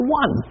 one